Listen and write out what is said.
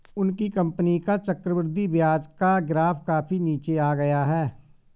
उनकी कंपनी का चक्रवृद्धि ब्याज का ग्राफ काफी नीचे आ गया है